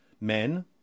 Men